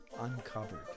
Uncovered